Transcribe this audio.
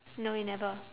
no you never